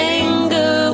anger